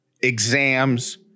exams